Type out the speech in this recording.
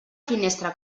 finestra